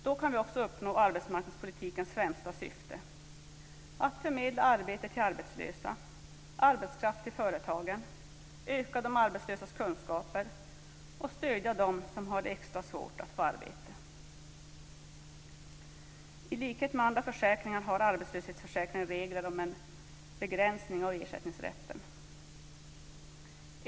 Då kan vi också uppnå arbetsmarknadspolitikens främsta syfte: att förmedla arbete till arbetslösa och arbetskraft till företagen, att öka de arbetslösas kunskaper och stödja dem som har extra svårt att få arbete. I likhet med andra försäkringar har arbetslöshetsförsäkringen regler om en begränsning av ersättningsrätten.